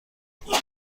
بخورم